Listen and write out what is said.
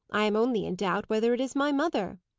i am only in doubt whether it is my mother.